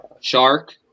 Shark